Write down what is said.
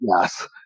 Yes